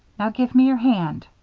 now give me your hand.